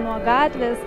nuo gatvės